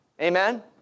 Amen